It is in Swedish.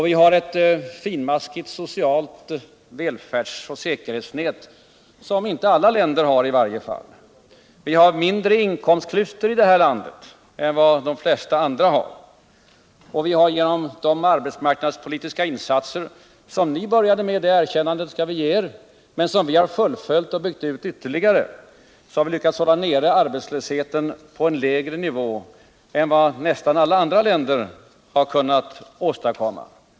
Vi har ett finmaskigt socialt välfärdsoch säkerhetsnät som i varje fall inte alla länder har. Vi har mindre inkomstklyftor i det här landet än de flesta andra länder har. Vi har genom de arbetsmarknadspolitiska insatser som ni började med — det erkännandet skall vi ge er — men som vi fullföljt och byggt ut ytterligare lyckats hålla arbetslösheten på en lägre nivå än de flesta andra länder gjort.